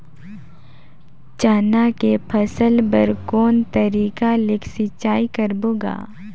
चना के फसल बर कोन तरीका ले सिंचाई करबो गा?